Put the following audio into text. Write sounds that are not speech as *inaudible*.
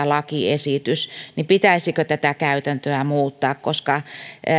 *unintelligible* lakiesitys *unintelligible* *unintelligible* *unintelligible* *unintelligible* *unintelligible* *unintelligible* niin pitäisikö tätä käytäntöä muuttaa koska *unintelligible* *unintelligible*